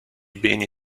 beni